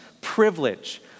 privilege